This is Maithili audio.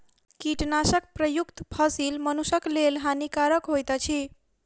कीटनाशक प्रयुक्त फसील मनुषक लेल हानिकारक होइत अछि